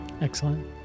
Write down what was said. Excellent